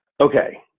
okay.